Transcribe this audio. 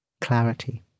Clarity